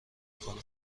کنم